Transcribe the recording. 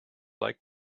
like